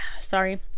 Sorry